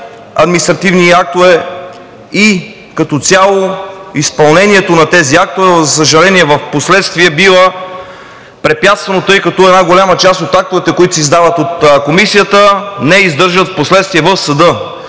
административни актове, а като цяло изпълнението на тези актове, за съжаление, впоследствие бива препятствано, тъй като една голяма част от актовете, които се издават от Комисията, не издържат впоследствие в съда,